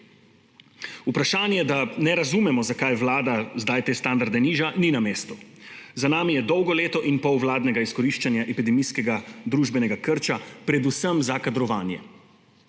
Vprašanje, da ne razumemo, zakaj Vlada zdaj te standarde niža, ni na mestu. Za nami je dolgo leto in pol vladnega izkoriščanja epidemičnega družbenega krča predvsem za kadrovanje.